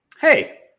hey